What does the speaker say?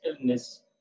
illness